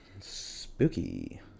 Spooky